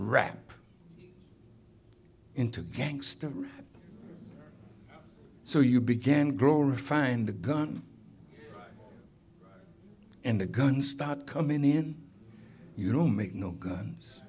rap into gangsta rap so you began grow refine the gun and the gun start coming in you know make no guns